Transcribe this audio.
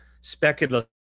speculative